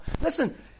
listen